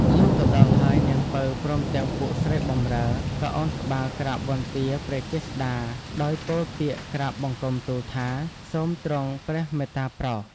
លុះទៅដល់ហើយ នាង ពៅ ព្រមទាំងពួកស្រីបម្រើ ក៏ឱនក្បាលក្រាបវន្ទាព្រះចេស្ដាដោយពោលពាក្យក្រាបបង្គំទូលថា សូមទ្រង់ព្រះមេត្តាប្រោស !